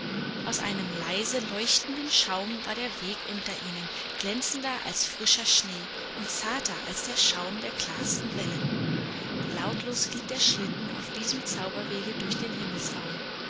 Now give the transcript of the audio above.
aus einem leise leuchtenden schaum war der weg unter ihnen glänzender als frischer schnee und zarter als der schaum der klarsten wellen lautlos glitt der schlitten auf diesem zauberwege durch den